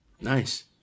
Nice